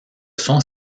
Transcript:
sont